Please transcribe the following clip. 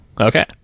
okay